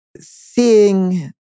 seeing